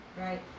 Right